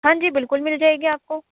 ہاں جی بلکل مل جائے گی آپ کو